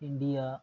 India